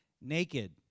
Naked